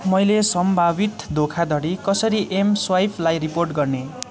मैले सम्भावित धोखाधडी कसरी एमस्वइपलाई रिपोर्ट गर्ने